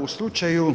Da, u slučaju